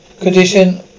Condition